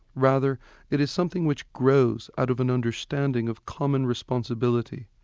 rather it is something which grows out of an understanding of common responsibility.